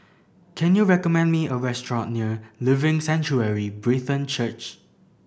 can you recommend me a restaurant near Living Sanctuary Brethren Church